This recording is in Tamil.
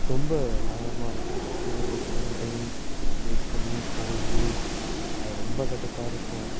ரொம்ப பயங்கரமாக இருக்கும் பஸ்ஸுக்கு வெயிட் பண்ணி வெயிட் பண்ணி போய் அது ரொம்ப கடுப்பாக இருக்கும்